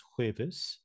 Jueves